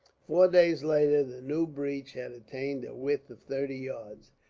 four days later the new breach had attained a width of thirty yards,